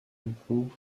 improve